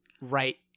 right